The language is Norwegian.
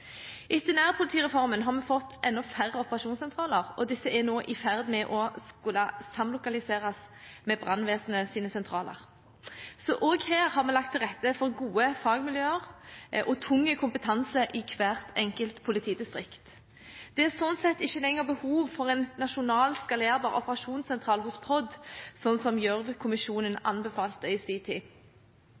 Etter nærpolitireformen har vi fått enda færre operasjonssentraler, og disse er nå i ferd med å samlokaliseres med brannvesenets sentraler. Så også her har vi lagt til rette for gode fagmiljøer og tung kompetanse i hvert enkelt politidistrikt. Det er sånn sett ikke lenger behov for en nasjonal skalerbar operasjonssentral hos POD, sånn som Gjørv-kommisjonen anbefalte i